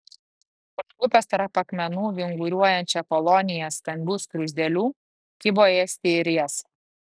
užklupęs tarp akmenų vinguriuojančią koloniją stambių skruzdėlių kibo ėsti ir jas